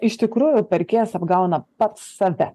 iš tikrųjų pirkėjas apgauna pats save